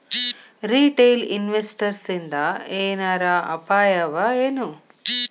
Retail ಇನ್ವೆಸ್ಟರ್ಸಿಂದಾ ಏನರ ಅಪಾಯವಎನು?